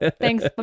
Thanks